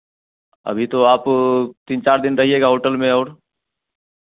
अभी तो आप तीन चार दिन रहिएगा होटल में और